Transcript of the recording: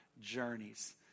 journeys